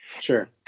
Sure